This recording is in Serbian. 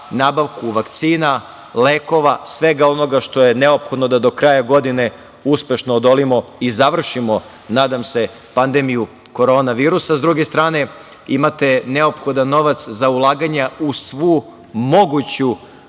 nabavku vakcina, lekova, svega onoga što je neophodno do kraja godine uspešno odolimo i završimo nadam se pandemiju korona virusa.S druge strane, imate neophodan novaca za ulaganja u svu moguću,